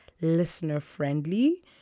listener-friendly